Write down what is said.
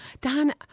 Dan